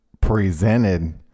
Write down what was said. presented